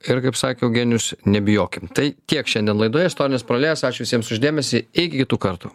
ir kaip sakė eugenijus nebijokim tai tiek šiandien laidoje istorinės paralelės ačiū visiems už dėmesį iki kitų kartų